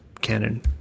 Canon